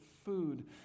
food